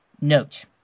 note